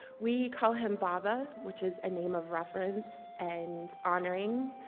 we call him baba, which is a name of reference and honor ing.